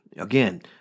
Again